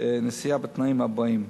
נסיעה בתנאים הבאים: